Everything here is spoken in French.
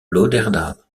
lauderdale